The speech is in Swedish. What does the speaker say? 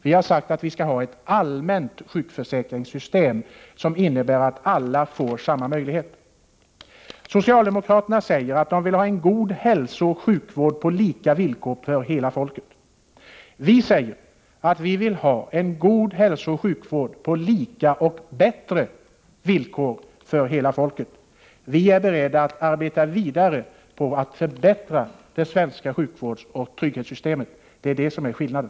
Vi har sagt att vi skall ha ett allmänt sjukförsäkringssystem som innebär att alla får samma möjligheter. Socialdemokraterna säger att de vill ha en god hälsooch sjukvård på lika villkor för hela folket. Vi säger att vi vill ha en god hälsooch sjukvård på lika och bättre villkor för hela folket. Vi är beredda att arbeta vidare på att förbättra det svenska sjukvårdsoch trygghetssystemet. Det är det som är skillnaden.